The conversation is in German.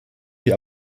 wir